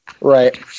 Right